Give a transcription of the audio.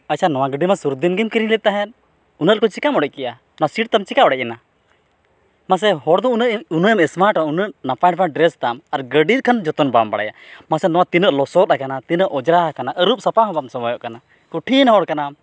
ᱟᱪᱪᱷᱟ ᱱᱚᱣᱟ ᱜᱟᱰᱤᱢᱟ ᱥᱩᱨ ᱫᱤᱱᱜᱮᱢ ᱠᱤᱨᱤᱧ ᱞᱮᱫ ᱛᱟᱦᱮᱫ ᱩᱱᱟᱹᱜ ᱞᱚᱜᱚᱱ ᱪᱤᱠᱟᱢ ᱚᱲᱮᱡ ᱠᱮᱜᱼᱟ ᱱᱚᱣᱟ ᱥᱤᱴᱛᱟᱢ ᱪᱤᱠᱟᱹ ᱚᱲᱮᱡ ᱮᱱᱟ ᱢᱟᱥᱮ ᱦᱚᱲ ᱫᱚ ᱩᱱᱟᱹᱜ ᱩᱱᱟᱹᱜ ᱮᱢ ᱥᱢᱟᱨᱴᱟ ᱩᱱᱟᱹᱜ ᱱᱟᱯᱟᱭ ᱱᱟᱯᱟᱭ ᱰᱨᱮᱥ ᱛᱟᱢ ᱟᱨ ᱜᱟᱹᱰᱤ ᱠᱷᱟᱱ ᱡᱚᱛᱚᱱ ᱵᱟᱢ ᱵᱟᱲᱟᱭᱟ ᱢᱟᱥᱮ ᱱᱚᱣᱟ ᱛᱤᱱᱟᱹᱜ ᱞᱚᱥᱚᱫ ᱟᱠᱟᱱᱟ ᱛᱤᱱᱟᱹᱜ ᱚᱸᱡᱽᱨᱟ ᱟᱠᱟᱱᱟ ᱟᱹᱨᱩᱵ ᱥᱟᱯᱷᱟ ᱦᱚᱸ ᱵᱟᱢ ᱥᱩᱢᱟᱹᱭᱚᱜ ᱠᱟᱱᱟ ᱠᱩᱴᱷᱤᱱ ᱦᱚᱲ ᱠᱟᱱᱟᱢ